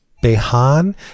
behan